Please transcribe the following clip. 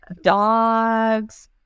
dogs